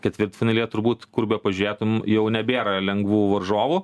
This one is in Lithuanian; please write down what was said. ketvirtfinalyje turbūt kur bepažėtum jau nebėra lengvų varžovų